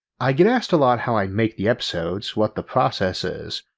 i get asked a lot how i make the episodes, what the process is,